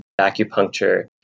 acupuncture